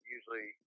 Usually